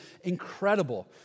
Incredible